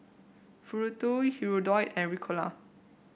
Futuro Hirudoid and Ricola